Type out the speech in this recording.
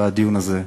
בדיון הזה,